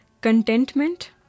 Contentment